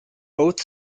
both